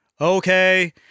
okay